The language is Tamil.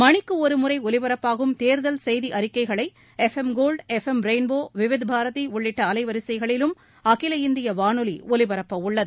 மணிக்கு ஒரு முறை ஒலிபரப்பாகும் தேர்தல் செய்தி அறிக்கைகளை FM gold FM rainbow Vividh Bharati உள்ளிட்ட அலைவரிசைகளிலும் அகில இந்திய வானொலி ஒலிபரப்பவுள்ளது